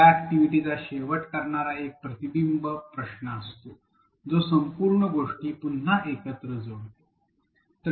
ह्या अॅक्टिव्हिटीचा शेवट करणारा एक प्रतिबंब प्रश्न असतो जो संपूर्ण गोष्टी पुन्हा एकत्र जोडतो